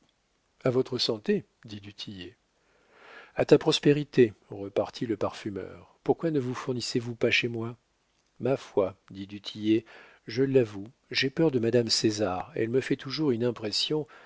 a votre santé dit du tillet a ta prospérité repartit le parfumeur pourquoi ne vous fournissez vous pas chez moi ma foi dit du tillet je l'avoue j'ai peur de madame césar elle me fait toujours une impression